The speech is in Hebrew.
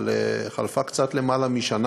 אבל חלפה קצת יותר משנה,